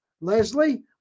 Leslie